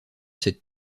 cette